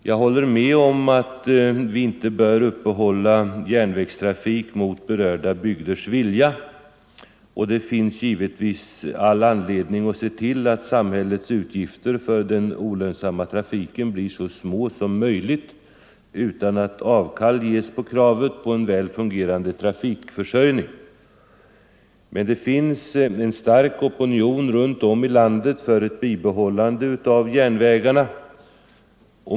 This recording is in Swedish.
Jag håller med om att vi inte bör uppehålla järnvägstrafik mot berörda bygders vilja, och det finns givetvis all anledning att se till att samhällets utgifter för den olönsamma trafiken blir så små som möjligt utan att avkall ges på kravet på en väl fungerande trafikförsörjning. Men det finns en stark opinion runt om i landet för ett bibehållande av järnvägarna.